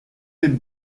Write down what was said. aime